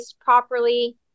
properly